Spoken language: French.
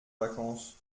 vacances